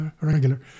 Regular